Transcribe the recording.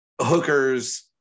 hookers